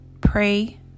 pray